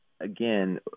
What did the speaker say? again